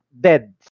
dead